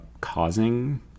causing